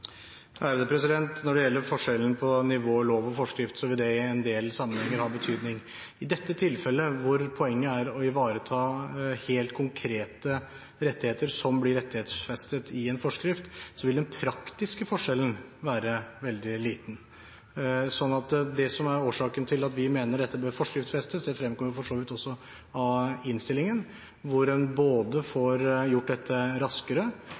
Når det gjelder forskjellen på nivå lov og forskrift, vil det i en del sammenhenger ha betydning. I dette tilfellet, hvor poenget er å ivareta helt konkrete rettigheter som blir rettighetsfestet i en forskrift, vil den praktiske forskjellen være veldig liten. Det som er årsaken til at vi mener dette bør forskriftsfestes, fremgår også av innstillingen: En får både gjort dette raskere